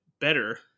better